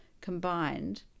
combined